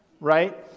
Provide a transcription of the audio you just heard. right